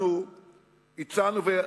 אנחנו הצענו,